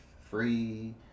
free